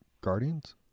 Guardians